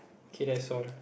okay that's all